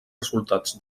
resultats